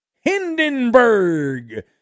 Hindenburg